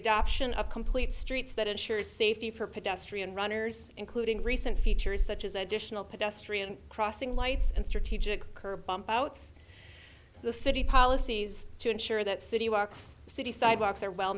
adoption of complete streets that ensure safety for pedestrian runners including recent features such as additional pedestrian crossing lights and strategic curb bump outs the city policies to ensure that city works city sidewalks are well